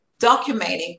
documenting